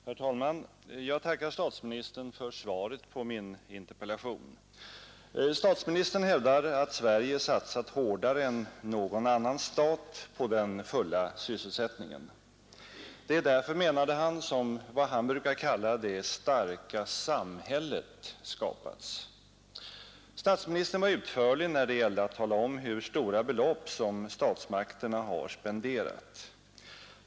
Herr talman! Jag tackar statsministern för svaret på min interpellation. Statsministern hävdar att Sverige satsat hårdare än någon annan stat ”på den fulla sysselsättningen”. Det är därför, menade han, som vad han brukar kalla ”det starka samhället” skapats. Statsministern var utförlig när det gällde att tala om hur stora belopp som statsmakterna har spenderat.